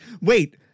Wait